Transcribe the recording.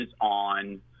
on